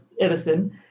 Edison